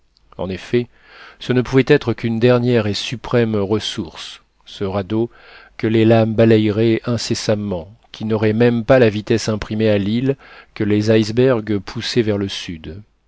en effet ce ne pouvait être qu'une dernière et suprême ressource ce radeau que les lames balayeraient incessamment qui n'aurait même pas la vitesse imprimée à l'île que les icebergs poussaient vers le sud